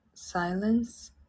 Silence